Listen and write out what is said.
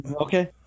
Okay